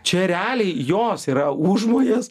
čia reliai jos yra užmojis